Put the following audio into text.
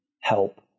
help